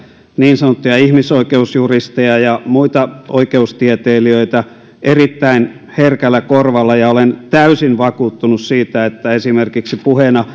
niin sanottuja ihmisoikeusjuristeja ja muita oikeustieteilijöitä erittäin herkällä korvalla ja olen täysin vakuuttunut siitä että esimerkiksi puheena